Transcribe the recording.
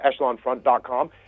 echelonfront.com